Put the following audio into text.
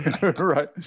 Right